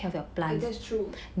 eh that's true